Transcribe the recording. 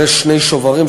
ושני שוברים,